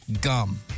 Gum